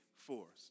forced